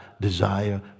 desire